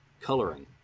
coloring